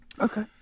Okay